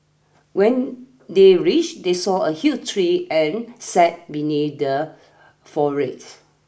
when they reached they saw a huge tree and sat beneath the forage